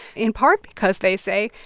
in part because, they say,